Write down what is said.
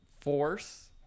Force